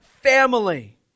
family